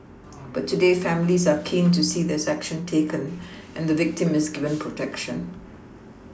but today families are keen to see there is action taken and the victim is given protection